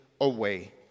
away